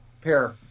pair